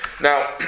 Now